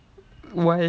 why